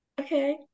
okay